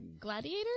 Gladiator